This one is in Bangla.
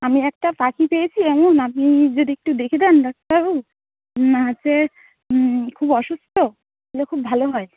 আমি একটা পাখি পেয়েছি এমন আপনি যদি একটু দেখে দেন ডাক্তারবাবু আছে খুব অসুস্ত তাহলে খুব ভালো হয়